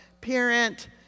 parent